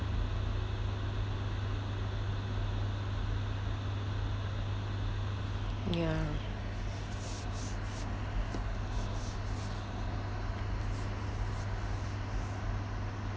ya